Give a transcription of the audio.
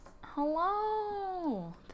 hello